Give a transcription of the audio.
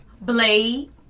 Blade